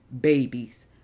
babies